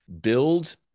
build